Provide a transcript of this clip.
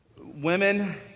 women